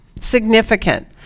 significant